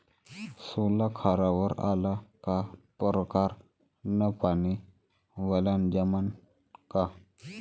सोला खारावर आला का परकारं न पानी वलनं जमन का?